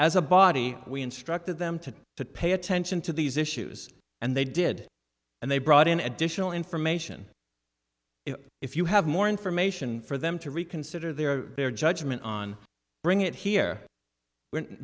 as a body we instructed them to to pay attention to these issues and they did and they brought in additional information if you have more information for them to reconsider their their judgment on bring it here